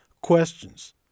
questions